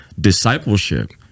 discipleship